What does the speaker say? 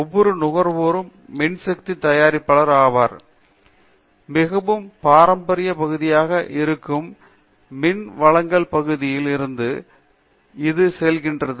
ஒவ்வொரு நுகர்வோறும் மின்சக்தி தயாரிப்பாளர் ஆவார் மிகவும் பாரம்பரிய பகுதியாக இருக்கும் மின்வழங்கல் பகுதியில் இருந்து இது செல்கிறது